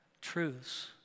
truths